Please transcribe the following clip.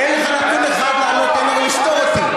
אין לך נתון אחד לעלות הנה ולסתור אותי.